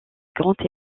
grandes